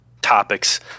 topics